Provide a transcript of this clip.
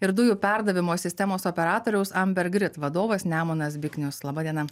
ir dujų perdavimo sistemos operatoriaus amber grid vadovas nemunas biknius laba diena